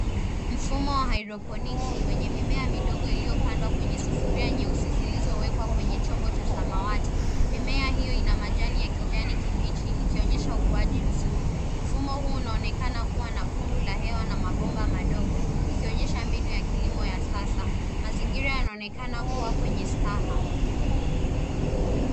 Mfumo wa hydroponics wenye mimea midogo iliyopandwa kwenye sufuria nyeusi zilizowekwa kwenye chombo cha samawati. Mimea hiyo ina majani ya kijani kibichi ikionyesha ukuaji nzuri. Mfumo huu unaonekana kuwa na pundu la hewa na mabomba madogo ikionyesha mbinu ya kilimo ya sasa. Mazingira yanaonekana kuwa kwenye staha.